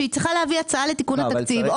שהיא צריכה להביא הצעה לתיקון התקציב או